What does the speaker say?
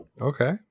Okay